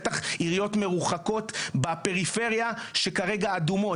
בטח עיריות מרוחקות בפריפריה שכרגע אדומות,